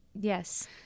Yes